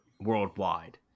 worldwide